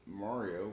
Mario